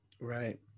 Right